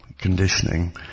conditioning